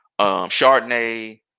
chardonnay